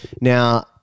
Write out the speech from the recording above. Now